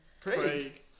Craig